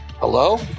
Hello